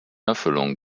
erfüllung